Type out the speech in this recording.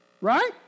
Right